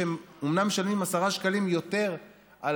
שאומנם הם משלמים עשרה שקלים יותר על